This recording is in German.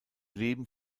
leben